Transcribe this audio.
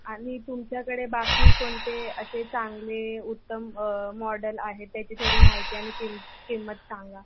आणि तुमच्याकडे बाकी कोणते असे चांगले उत्तम मॉडल आहेत त्याची थोडी माहिती आणि किम किंमत सांगा